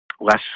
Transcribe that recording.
less